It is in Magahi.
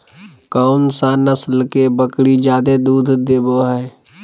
कौन सा नस्ल के बकरी जादे दूध देबो हइ?